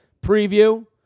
preview